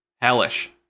Hellish